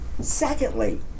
Secondly